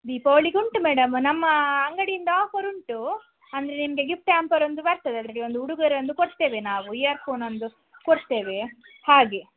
ದೀಪಾವಳಿಗುಂಟು madam ನಮ್ಮ ಅಂಗಡಿಯಿಂದ offer ಉಂಟು ಅಂದರೆ ನಿಮಗೆ ಗಿಫ್ಟ್ ಹ್ಯಾಂಪರ್ ಒಂದು ಬರ್ತದೆ ಅದರಲ್ಲಿ ಒಂದು ಉಡುಗೊರೆ ಒಂದು ಕೊಡ್ತೇವೆ ನಾವು ಇಯರ್ ಫೋನೊಂದು ಕೊಡ್ತೇವೆ ಹಾಗೆ